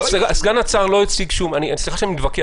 סליחה שאני מתווכח,